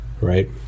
right